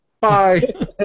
Bye